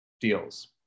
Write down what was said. deals